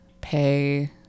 pay